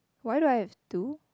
why do I have to